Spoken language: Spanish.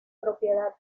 propiedad